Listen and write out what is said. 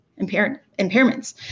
impairments